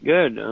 Good